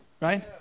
right